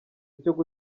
cy’uko